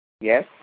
Yes